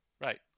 Right